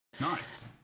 Nice